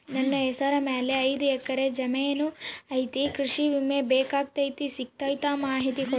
ನನ್ನ ಹೆಸರ ಮ್ಯಾಲೆ ಐದು ಎಕರೆ ಜಮೇನು ಐತಿ ಕೃಷಿ ವಿಮೆ ಬೇಕಾಗೈತಿ ಸಿಗ್ತೈತಾ ಮಾಹಿತಿ ಕೊಡ್ರಿ?